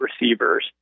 receivers